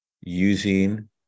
using